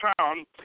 town